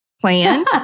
plan